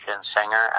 singer